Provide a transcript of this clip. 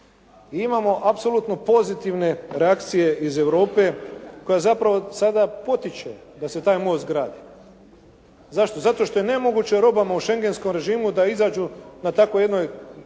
I imamo apsolutno pozitivne reakcije iz Europe koja zapravo sad potiče da se taj most gradi. Zašto? Zato što je nemoguće robama u šengenskom režimu da izađu na takvoj jednoj granici